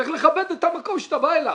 צריך לכבד את המקום שאתה בא אליו.